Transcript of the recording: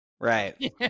Right